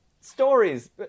stories